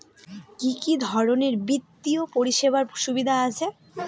কি কি ধরনের বিত্তীয় পরিষেবার সুবিধা আছে?